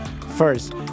First